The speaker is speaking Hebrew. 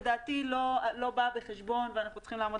לדעתי לא באה בחשבון ואנחנו צריכים לעמוד